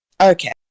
Okay